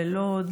ללוד,